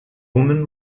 woman